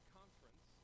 conference